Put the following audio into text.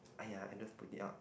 !aiya! I just put it up